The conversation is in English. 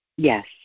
Yes